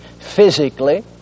physically